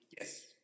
Yes